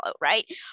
Right